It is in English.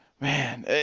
Man